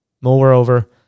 Moreover